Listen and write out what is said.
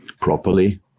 properly